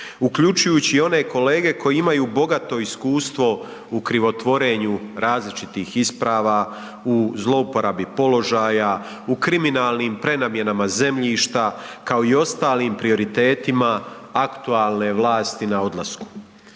uključujući i one kolege koji imaju bogato iskustvo u krivotvorenju različitih isprava, u zlouporabi položaja u kriminalnim prenamjenama zemljišta kao i ostalim prioritetima aktualne vlasti na odlasku.